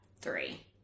three